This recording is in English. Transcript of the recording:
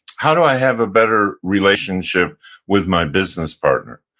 how do i have a better relationship with my business partner?